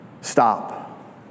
Stop